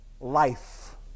life